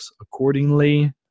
accordingly